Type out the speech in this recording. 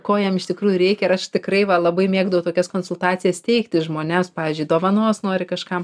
ko jam iš tikrųjų reikia ir aš tikrai labai mėgdavau tokias konsultacijas teikti žmonėms pavyzdžiui dovanos nori kažkam